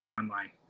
online